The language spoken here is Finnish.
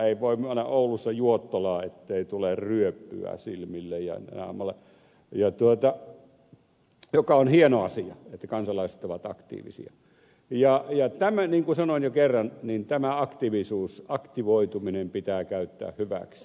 ei voi kyllä mennä oulussa juottolaan ettei tule ryöppyä silmille ja naamalle mikä on hieno asia että kansalaiset ovat aktiivisia ja niin kuin sanoin jo kerran tämä aktivoituminen pitää käyttää hyväksi